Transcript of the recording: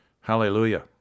Hallelujah